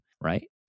right